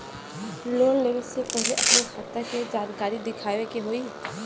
Loan लेवे से पहिले अपने खाता के जानकारी दिखावे के होई?